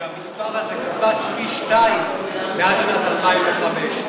שהמספר הזה קפץ פי-שניים מאז שנת 2005,